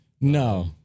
No